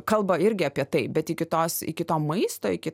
kalba irgi apie tai bet iki tos iki to maisto iki